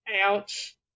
Ouch